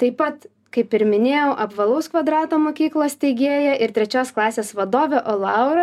taip pat kaip ir minėjau apvalaus kvadrato mokyklos steigėja ir trečios klasės vadovė laura